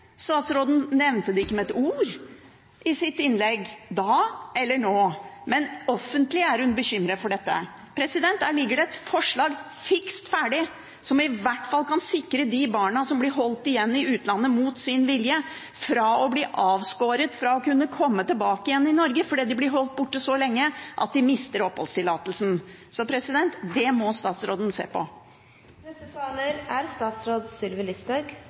Statsråden nevnte det ikke med et ord i sitt innlegg, verken da eller nå. Men offentlig er hun bekymret for dette. Der ligger det et forslag, fiks ferdig, som i hvert fall kan sikre de barna som blir holdt igjen i utlandet mot sin vilje, mot å bli avskåret fra å kunne komme tilbake til Norge fordi de blir holdt borte så lenge at de mister oppholdstillatelsen. Det må statsråden se på.